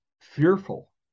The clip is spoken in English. fearful